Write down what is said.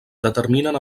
determinen